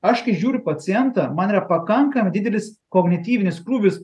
aš kai žiūriu pacientą man yra pakankamai didelis kognityvinis krūvis